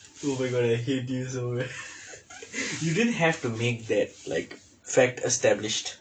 oh my god I hate you so mu~ you didn't have to make that like fact established